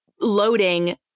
loading